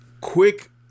Quick